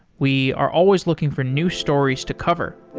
we are always looking for new stories to cover.